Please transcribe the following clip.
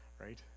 right